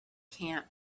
camp